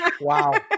Wow